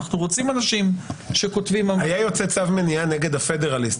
אנחנו רוצים אנשים שכותבים --- היה יוצא צו מניעה נגד ה-Federalist.